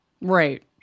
Right